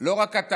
לא רק אתה.